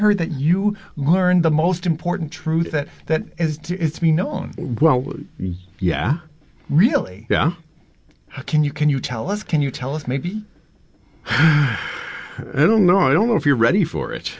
heard that you learned the most important truth that that is to be known well yeah really how can you can you tell us can you tell us maybe i don't know i don't know if you're ready for it